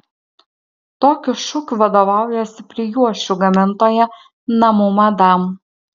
tokiu šūkiu vadovaujasi prijuosčių gamintoja namų madam